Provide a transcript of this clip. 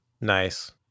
Nice